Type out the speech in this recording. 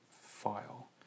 file